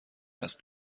است